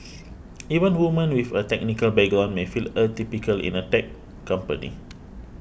even women with a technical background may feel atypical in a tech company